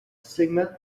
sigma